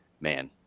man